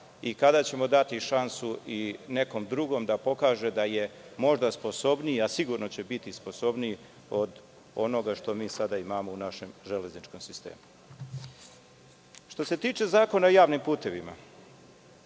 i kada ćemo dati šansu nekom drugom da pokaže da je možda sposobniji, a sigurno će biti sposobniji, od onoga što mi sada imamo u našem železničkom sistemu? Što se tiče Zakona o javnim putevima,